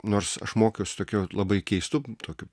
nors aš mokiausi tokiu labai keistu tokiu